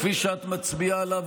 כפי שאת מצביעה עליו,